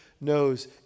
knows